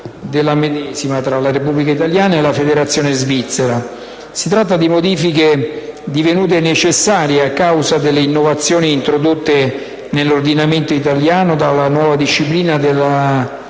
della medesima, tra la Repubblica italiana e la Federazione svizzera. Si tratta di modifiche divenute necessarie a causa delle innovazioni introdotte nell'ordinamento italiano dalla nuova disciplina della